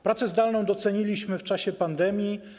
Pracę zdalną doceniliśmy w czasie pandemii.